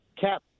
Cap